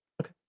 Okay